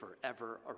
forever